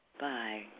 Bye